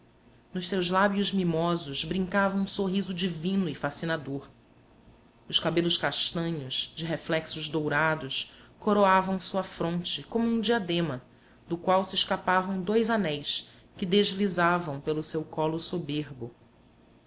nos seus lábios mimosos brincava um sorriso divino e fascinador os cabelos castanhos de reflexos dourados coroavam sua fronte como um diadema do qual se escapavam dois anéis que deslizavam pelo seu colo soberbo